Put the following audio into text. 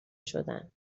شدند